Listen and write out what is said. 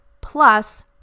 plus